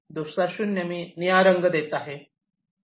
दुसरा 0 मी निळा रंग देत आहे